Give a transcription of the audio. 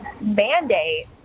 mandate